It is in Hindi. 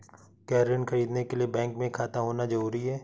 क्या ऋण ख़रीदने के लिए बैंक में खाता होना जरूरी है?